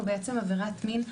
הוא בעצם עבירת מין,